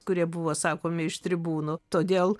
kurie buvo sakomi iš tribūnų todėl